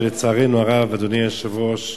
לצערנו הרב, אדוני היושב-ראש,